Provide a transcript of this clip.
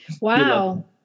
Wow